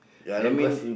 that mean